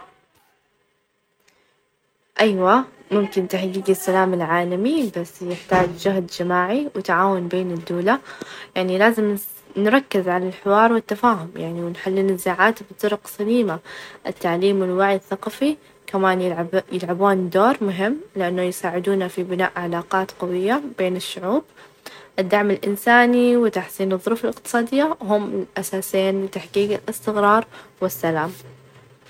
الأفظل هو الإحترام، يعني الحب مهم بس بدون إحترام ما يكون في أساس قوي للعلاقة، الإحترام يخلق بيئة صحية، ويخليك تحس بالقيمة والثقة، إذا كان في إحترام الحب راح ينمو بشكل طبيعي، ويكون أكثر إستقرار.